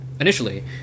initially